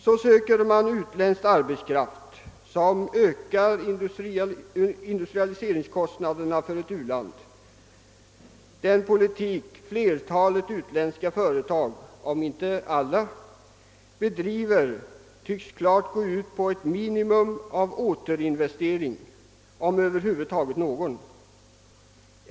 Så söker man utländsk arbetskraft, som ökar industrialiseringskostnaderna för ett u-land. Den politik flertalet utländska företag, om än inte alla, bedriver tycks klart gå ut på ett minimum av återinvestering, om över huvud taget någon.